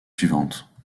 suivantes